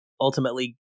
ultimately